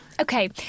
okay